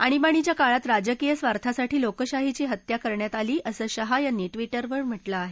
आणीबाणीच्या काळात राजकीय स्वार्थासाठी लोकशाहीची हत्या करण्यात आली असं शहा यांनी ट्विटरवर म्हटलं आहे